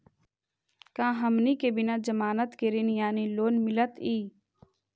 का हमनी के बिना जमानत के ऋण यानी लोन मिलतई?